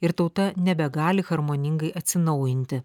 ir tauta nebegali harmoningai atsinaujinti